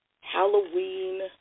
Halloween